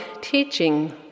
teaching